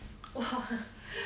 !wow! haha